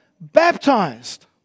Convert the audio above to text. baptized